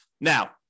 Now